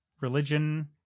religion